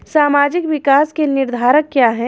सामाजिक विकास के निर्धारक क्या है?